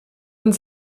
und